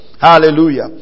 Hallelujah